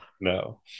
No